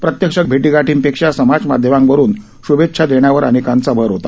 प्रत्यक्ष भेटीगाठींपेक्षा समाजमाध्यमांवरून शुभेच्छा देण्यावर अनेकांचा भर होता